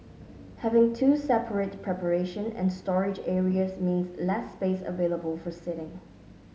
having two separate preparation and storage areas means less space available for seating